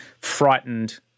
frightened